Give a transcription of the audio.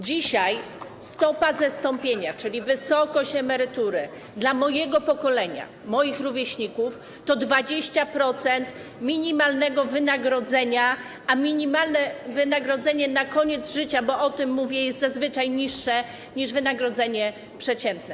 Dzisiaj stopa zastąpienia, czyli wysokość emerytury dla mojego pokolenia, moich rówieśników, to 20% minimalnego wynagrodzenia, a minimalne wynagrodzenie na koniec życia, bo o tym mówię, jest zazwyczaj niższe niż wynagrodzenie przeciętne.